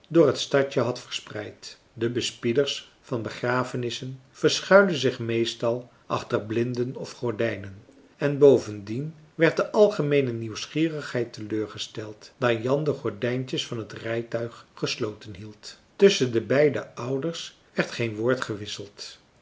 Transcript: door het stadje had verspreid de bespieders van begrafenissen verschuilen zich meestal achter blinden of gordijnen en bovendien werd de algemeene nieuwsgierigheid teleurgesteld daar jan de gordijntjes van het rijtuig gesloten hield tusschen de beide ouders werd geen woord gewisseld